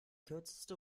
kürzeste